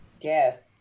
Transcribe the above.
Yes